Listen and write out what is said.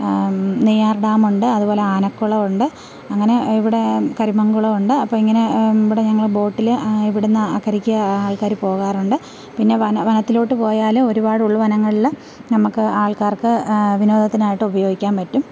നെയ്യാര് ഡാമുണ്ട് അതുപോലെ ആനക്കുളമുണ്ട് അങ്ങനെ ഇവിടെ കരിമങ്കുളമുണ്ട് അപ്പോൾ ഇങ്ങനെ ഇവിടെ ഞങ്ങൾ ബോട്ടിൽ ഇവിടെ നിന്ന് അക്കരയ്ക്ക് ആള്ക്കാർ പോകാറുണ്ട് പിന്നെ വനം വനത്തിലോട്ട് പോയാൽ ഒരുപാട് ഉള്വനങ്ങളിൽ ഞമക്ക് ആള്ക്കാര്ക്ക് വിനോദത്തിനായിട്ട് ഉപയോഗിക്കാൻ പറ്റും